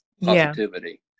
positivity